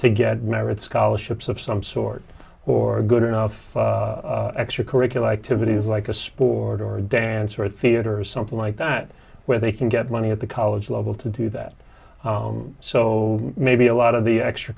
to get merit scholarships of some sort or good enough extracurricular activities like a sport or dance or theater or something like that where they can get money at the college level to do that so maybe a lot of the extra